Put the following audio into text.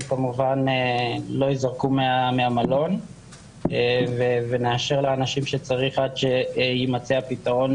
הם כמובן לא יזרקו מהמלון ונאשר לאנשים שצריך עד שימצא הפתרון